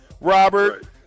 Robert